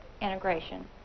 integration